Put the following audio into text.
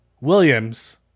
Williams